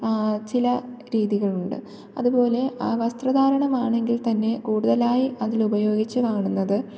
ചില രീതികളുണ്ട് അതുപോലെ വസ്ത്രധാരണമാണെങ്കിൽ തന്നെ കൂടുതലായി അതിൽ ഉപയോഗിച്ചു കാണുന്നത്